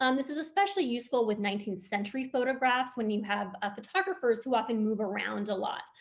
um this is especially useful with nineteenth century photographs, when you have ah photographers who often move around a lot,